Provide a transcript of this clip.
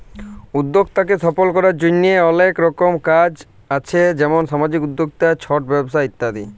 উদ্যক্তাকে সফল করার জন্হে অলেক রকম আছ যেমন সামাজিক উদ্যক্তা, ছট ব্যবসা ইত্যাদি